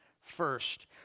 first